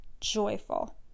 joyful